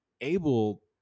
able